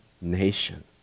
nation